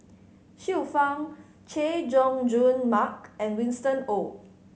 Xiu Fang Chay Jung Jun Mark and Winston Oh